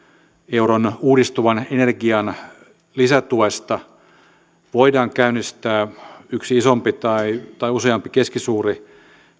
euron uudistuvan energian lisätuesta voidaan käynnistää yksi isompi tai tai useampi keskisuuri